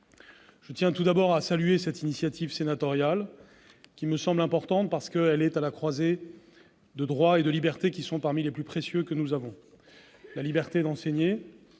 Je tiens tout d'abord à saluer cette initiative sénatoriale, qui me semble importante, car elle est à la croisée de droits et libertés qui sont parmi les plus précieux : la liberté d'enseignement,